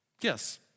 Yes